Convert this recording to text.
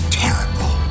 terrible